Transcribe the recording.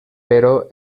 però